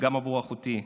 וגם עבור אחותי.